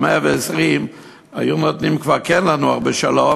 מאה-ועשרים היו כבר כן נותנים לנוח בשלום,